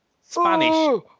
Spanish